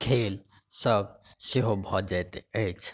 खेलसभ सेहो भऽ जाइत अछि